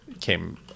came